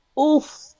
Oof